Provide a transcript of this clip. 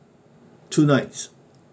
two nights